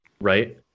Right